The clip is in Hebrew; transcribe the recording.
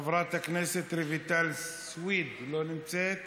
חברת הכנסת רויטל סויד, לא נמצאת,